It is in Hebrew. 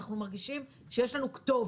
אנחנו מרגישים שיש לנו כתובת.